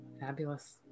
Fabulous